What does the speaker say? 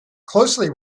closely